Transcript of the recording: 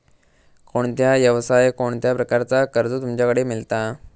कोणत्या यवसाय कोणत्या प्रकारचा कर्ज तुमच्याकडे मेलता?